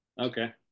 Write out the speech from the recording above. Okay